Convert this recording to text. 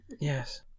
Yes